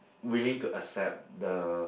willing to accept the